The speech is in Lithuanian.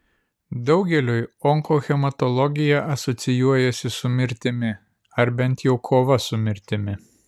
daugeliui onkohematologija asocijuojasi su mirtimi ar bent jau kova su mirtimi